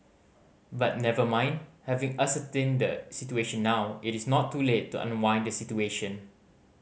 but never mind having ascertained the situation now it is not too late to unwind the situation